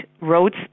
roads